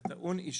זה טעון אישור